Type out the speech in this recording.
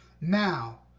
Now